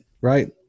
right